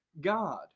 God